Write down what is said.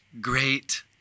great